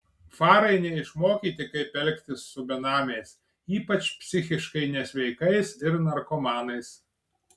farai neišmokyti kaip elgtis su benamiais ypač psichiškai nesveikais ir narkomanais